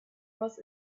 was